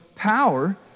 power